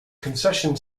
concession